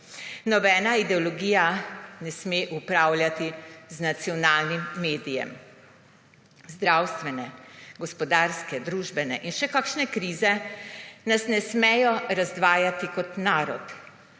Nobena ideologija ne sme upravljati z nacionalnim medijem. Zdravstvene, gospodarske, družbene in še kakšne krize nas ne smejo razdvajati kot narod.